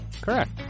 Correct